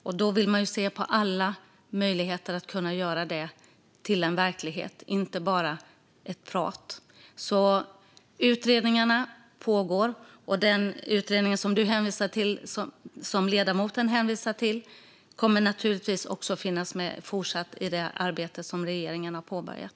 Man vill se på alla möjligheter att göra detta till verklighet och inte bara prat. Utredningarna pågår. Den utredning som ledamoten hänvisade till kommer naturligtvis fortsatt att finnas med i det arbete som regeringen har påbörjat.